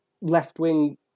left-wing